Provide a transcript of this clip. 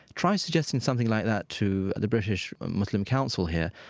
try suggesting something like that to the british muslim council here.